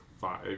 five